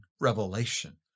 revelation